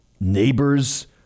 neighbors